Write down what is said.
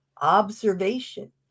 observation